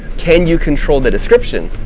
can you control the description?